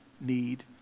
need